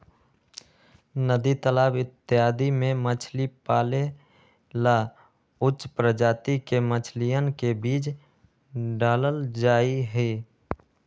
नदी तालाब इत्यादि में मछली पाले ला उच्च प्रजाति के मछलियन के बीज डाल्ल जाहई